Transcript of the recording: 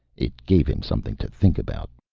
it gave him something to think about.